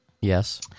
Yes